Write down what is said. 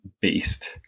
beast